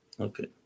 Okay